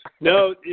No